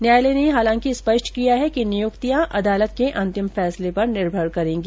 न्यायालय ने हालांकि स्पष्ट किया कि नियुक्तियां अदालत के अंतिम फैसले पर निर्भर करेगी